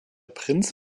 prinz